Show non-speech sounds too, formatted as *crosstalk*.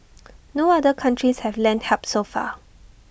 *noise* no other countries have lent help so far